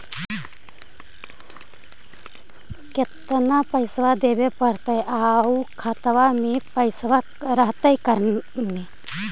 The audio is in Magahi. केतना पैसा देबे पड़तै आउ खातबा में पैसबा रहतै करने?